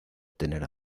tener